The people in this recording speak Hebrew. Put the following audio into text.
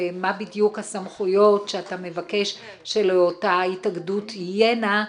ומה בדיוק הסמכויות שאתה מבקש שלאותה התאגדות תהיינה,